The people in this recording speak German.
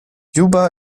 juba